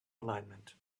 alignment